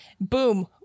boom